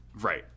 Right